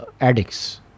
addicts